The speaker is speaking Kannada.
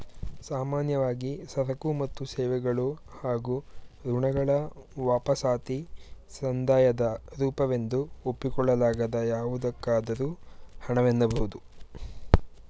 ಸಾಮಾನ್ಯವಾಗಿ ಸರಕು ಮತ್ತು ಸೇವೆಗಳು ಹಾಗೂ ಋಣಗಳ ವಾಪಸಾತಿ ಸಂದಾಯದ ರೂಪವೆಂದು ಒಪ್ಪಿಕೊಳ್ಳಲಾಗದ ಯಾವುದಕ್ಕಾದರೂ ಹಣ ವೆನ್ನಬಹುದು